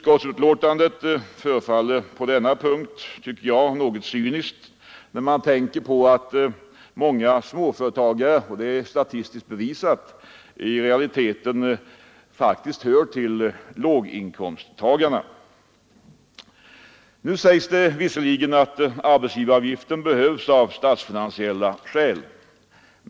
Betänkandet förefaller på denna punkt något cyniskt, när man tänker på att många småföretagare det är statistiskt bevisat — i realiteten faktiskt hör till låginkomsttagarna. Nu sägs visserligen att arbetsgivaravgiften behövs av statsfinansiella skäl.